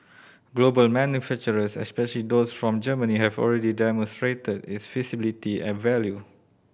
global manufacturers especially those from Germany have already demonstrated its feasibility and value